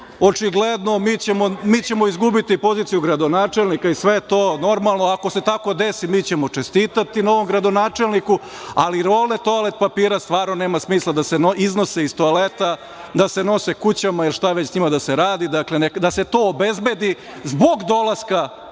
očigledno, mi ćemo izgubiti poziciju gradonačelnika i sve je to normalno. Ako se tako desi mi ćemo čestitati novom gradonačelniku, ali rolne toalet papira stvarno nema smisla da se iznose iz toaleta, da se nose kućama ili šta već sa njima da se radi. Dakle, da se to obezbedi zbog dolaska,